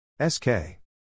S-K